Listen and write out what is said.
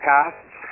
Passed